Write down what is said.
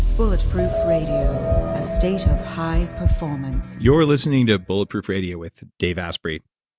bulletproof radio, a state of high performance you're listening to bulletproof radio with dave asprey.